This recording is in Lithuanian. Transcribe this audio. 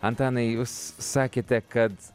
antanai jūs sakėte kad